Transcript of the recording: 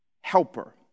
helper